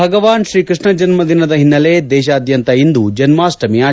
ಭಗವಾನ್ ಶ್ರೀಕೃಷ್ಣ ಜನ್ಮ ದಿನದ ಹಿನ್ನೆಲೆ ದೇಶಾದ್ಯಂತ ಇಂದು ಜನ್ಮಾಷ್ಠಮಿ ಆಚರಣೆ